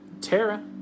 Tara